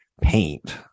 paint